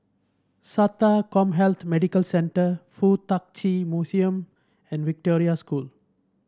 SATA CommHealth Medical Centre FuK Tak Chi Museum and Victoria School